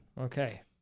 Okay